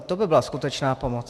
To by byla skutečná pomoc.